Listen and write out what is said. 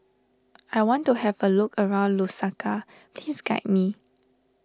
I want to have a look around Lusaka please guide me